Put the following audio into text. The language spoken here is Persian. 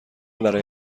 برای